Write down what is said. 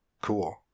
cool